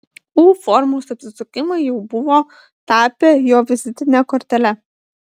u formos apsisukimai jau buvo tapę jo vizitine kortele